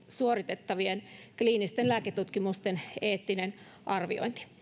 suoritettavien kliinisten lääketutkimusten eettinen arviointi